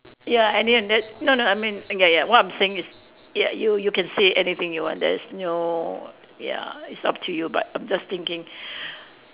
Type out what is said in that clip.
ya any end that that no no I mean ya ya what I'm saying is ya you you can say anything you want there is no ya it's up to you but I'm just thinking